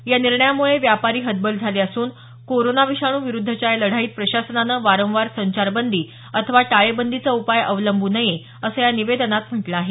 या निर्णयामुळं व्यापारी हतबल झाले असून कोरोना विषाणू विरूद्धच्या या लढाईत प्रशासनानं वारंवार संचारबंदी अथवा टाळेबंदीचा उपाय अवलंब् नये असं या निवेदनात म्हटलं आहे